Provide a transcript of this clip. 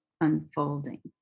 unfolding